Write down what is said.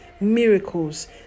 miracles